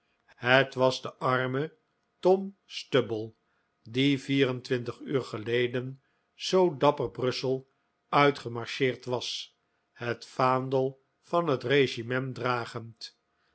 het was de arme tom stubble die vier-en-twintig uur geleden zoo dapper brussel uitgemarcheerd was het vaandel van het regiment dragend